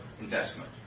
investment